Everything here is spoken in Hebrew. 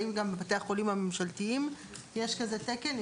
האם גם בבתי החולים הממשלתיים יש כזה תקן?